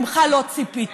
ממך לא ציפיתי.